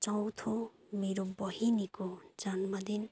चौथो मेरो बहिनीको जन्मदिन